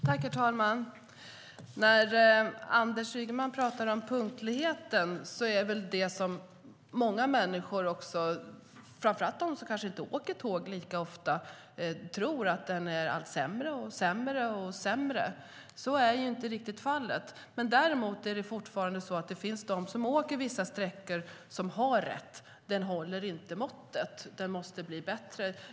Herr talman! När Anders Ygeman pratar om punktligheten är det ungefär som när många människor pratar, framför allt de som kanske inte åker tåg så ofta. De tror att den blir allt sämre. Men så är inte riktigt fallet. Däremot finns det de som åker vissa sträckor som har rätt: Den håller inte måttet utan måste bli bättre.